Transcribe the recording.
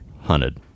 hunted